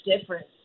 difference